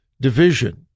division